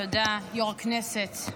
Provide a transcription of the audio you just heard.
תודה, יו"ר הכנסת.